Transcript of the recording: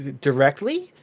directly